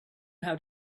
how